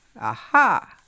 Aha